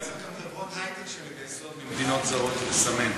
אולי צריך גם חברות היי-טק שמגייסות ממדינות זרות לסמן.